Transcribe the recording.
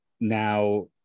Now